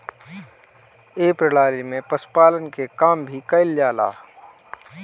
ए प्रणाली में पशुपालन के काम भी कईल जाला